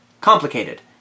Complicated